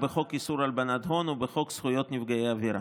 בחוק איסור הלבנת הון ובחוק זכויות נפגעי עבירה.